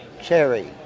Cherry